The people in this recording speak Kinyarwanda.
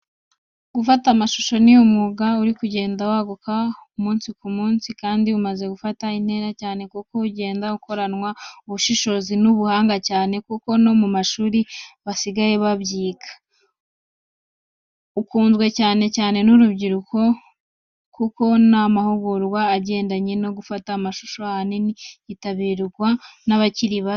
Gufata amashusho ni umwuga uri kugenda waguka umunsi ku munsi kandi umaze gufata intera cyane kuko ugenda ukoranwa ubushishozi n'ubuhanga cyane kuko no mu mashuri basigaye bawiga. Ukunzwe cyane cyane n'urubyiruko kuko n'amahugurwa agendanye no gufata amashusho ahanini yitabirwa n'abakiri bato.